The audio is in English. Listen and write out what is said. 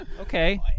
Okay